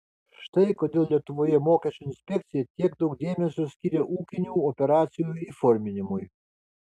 štai kodėl lietuvoje mokesčių inspekcija tiek daug dėmesio skiria ūkinių operacijų įforminimui